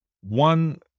One